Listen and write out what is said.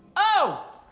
oh!